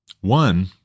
One